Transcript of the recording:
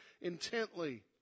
intently